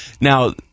Now